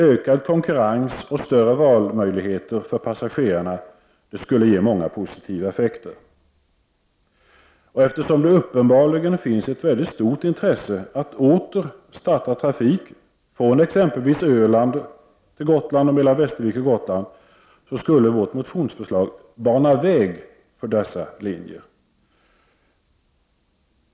Ökad konkurrens och större valmöjligheter för passagerarna skulle ge många positiva effekter. Eftersom det uppenbarligen finns ett mycket stort intresse av att åter starta trafik från exempelvis Öland till Gotland och mellan Västervik och Gotland, skulle vårt motionsförslag bana väg för dessa linjer.